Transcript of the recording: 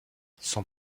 son